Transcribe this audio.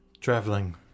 traveling